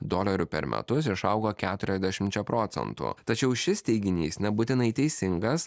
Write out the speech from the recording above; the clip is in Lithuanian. dolerių per metus išaugo keturiasdešimčia procentų tačiau šis teiginys nebūtinai teisingas